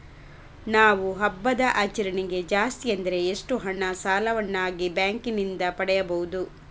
ನಾವು ಹಬ್ಬದ ಆಚರಣೆಗೆ ಜಾಸ್ತಿ ಅಂದ್ರೆ ಎಷ್ಟು ಹಣ ಸಾಲವಾಗಿ ಬ್ಯಾಂಕ್ ನಿಂದ ಪಡೆಯಬಹುದು?